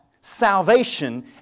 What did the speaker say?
salvation